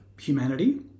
humanity